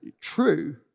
true